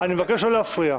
אני מבקש לא להפריע.